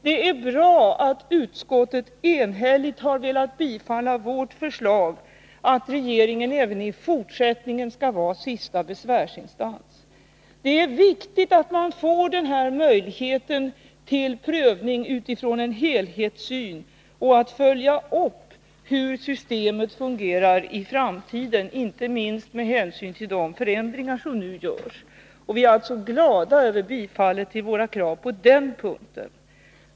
Det är bra att utskottet enhälligt har velat tillstyrka vårt förslag att regeringen även i fortsättningen skall vara sista besvärsinstans. Det är viktigt att man får denna möjlighet till prövning utifrån en helhetssyn och möjligheten att följa upp hur systemet fungerar i framtiden, inte minst med hänsyn till de förändringar som nu görs. Vi är alltså glada över att våra krav tillstyrkts på den punkten.